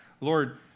Lord